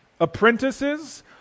apprentices